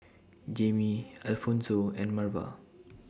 Jaimie Alphonso and Marva